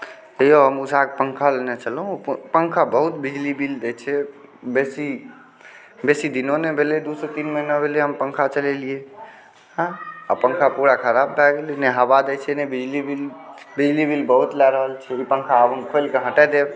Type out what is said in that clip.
हे यौ हम उषाके पंखा लएने छलहुँ ओ पंखा बहुत बिजली बिल दै छै बेसी बेसी दिनो नहि भेलै दू से तीन महीना भेलै हम पंखा चलेलियै हँ अब पंखा वएह खराब भए गेलै नहि हवा दै छै नहि बिजली बिल बहुत लए रहल छै ओ पंखा आब हम खोलिकऽ हटा देब